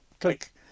click